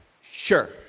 sure